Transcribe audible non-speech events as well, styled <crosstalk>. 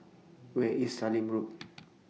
Where IS Sallim Road <noise>